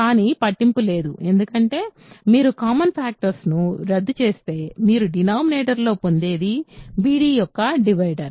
కానీ పట్టింపు లేదు ఎందుకంటే మీరు కామన్ ఫ్యాక్టర్స్ను రద్దు చేస్తే మీరు డినామినేటర్లో పొందేది b d యొక్క డివైజర్